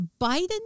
Biden